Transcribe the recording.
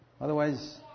Otherwise